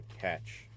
catch